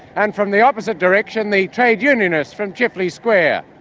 and from the opposite direction the trade unionists from chifley square.